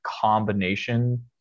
combination